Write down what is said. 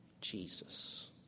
Jesus